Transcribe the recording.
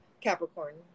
Capricorn